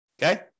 Okay